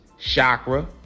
chakra